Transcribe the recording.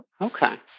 Okay